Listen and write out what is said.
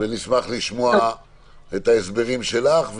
נשמח לשמוע את ההסברים שלך,